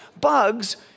bugs